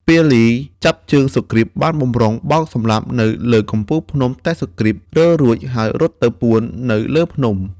ពាលីចាប់ជើងសុគ្រីពបានបម្រុង បោកសម្លាប់នៅលើកំពូលភ្នំតែសុគ្រីពរើរួច ហើយរត់ទៅពួននៅលើភ្នំ ។